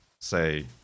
say